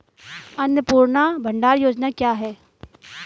अन्नपूर्णा भंडार योजना क्या है?